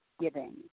giving